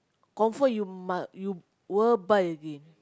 confirm you must you will buy again